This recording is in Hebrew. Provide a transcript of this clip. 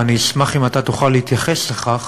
ואני אשמח אם אתה תוכל להתייחס לכך,